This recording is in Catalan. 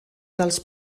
dels